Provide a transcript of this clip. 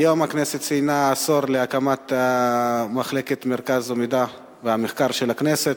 היום הכנסת ציינה עשור להקמת מרכז המידע והמחקר של הכנסת.